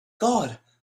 god